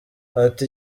ati